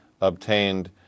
obtained